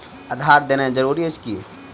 आधार देनाय जरूरी अछि की?